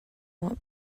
what